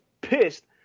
pissed